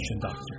Doctor